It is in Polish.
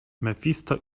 mefisto